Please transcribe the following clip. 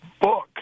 book